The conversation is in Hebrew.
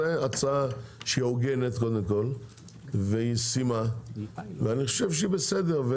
זאת הצעה הוגנת וישימה, ואני חושב שהיא בסדר.